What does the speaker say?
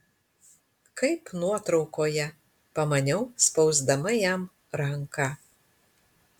kaip nuotraukoje pamaniau spausdama jam ranką